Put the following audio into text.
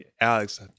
Alex